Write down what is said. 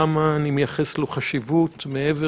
למה אני מייחס לו חשיבות מעבר,